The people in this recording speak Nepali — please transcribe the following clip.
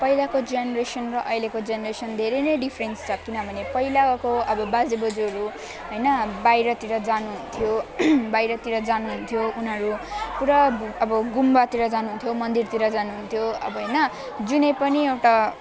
पहिलाको जेनरेसन र अहिलेको जेनरेसन धेरै नै डिफ्रेन्स छ किनभने पहिलाको अब अब बाजेबोजूहरू होइन बाहिरतिर जानुहुन्थ्यो बाहिरतिर जानुहुन्थ्यो उनीहरू पुरा अब गुम्बातिर जानुहुन्थ्यो मन्दिरतिर जानुहुन्थ्यो अब होइन जुनै पनि एउटा